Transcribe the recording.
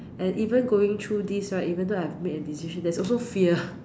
and even going through this right even though I've made a decision there's also fear